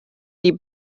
die